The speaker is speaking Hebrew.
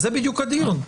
בדיון, זה בדיוק הדיון.